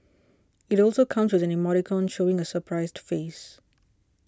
it also comes with an emoticon showing a surprised face